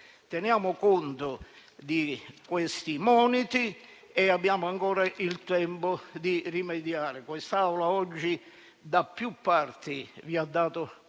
Teniamo conto di questi moniti e abbiamo ancora il tempo di rimediare. Quest'Assemblea oggi da più parti vi ha rivolto